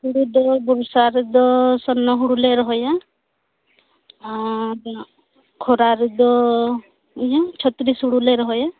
ᱦᱩᱲᱩ ᱫᱚ ᱵᱚᱨᱥᱟ ᱨᱮ ᱫᱚ ᱥᱚᱨᱱᱚ ᱦᱩᱲᱩᱞᱮ ᱨᱚᱦᱚᱭᱟ ᱟᱨ ᱠᱷᱚᱨᱟ ᱨᱮᱫᱚ ᱤᱭᱟᱹ ᱪᱷᱚᱛᱛᱨᱤᱥ ᱦᱩᱲᱩᱞᱮ ᱨᱚᱦᱚᱭᱟ